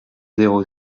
zéro